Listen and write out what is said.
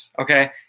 okay